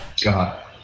God